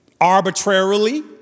arbitrarily